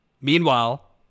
Meanwhile